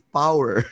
power